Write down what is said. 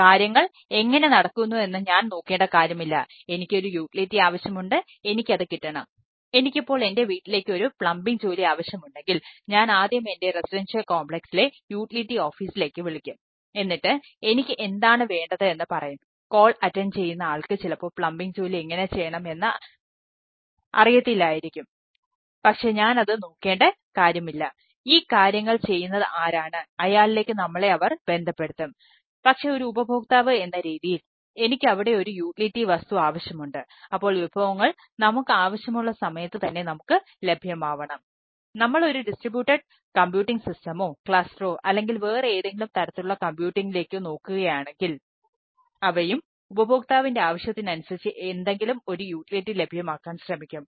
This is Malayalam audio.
കാര്യങ്ങൾ എങ്ങനെ നടക്കുന്നു എന്ന് ഞാൻ നോക്കേണ്ട കാര്യമില്ല എനിക്ക് ഒരു യൂട്ടിലിറ്റി ലഭ്യമാക്കാൻ ശ്രമിക്കും